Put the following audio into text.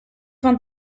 vingt